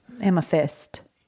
Amethyst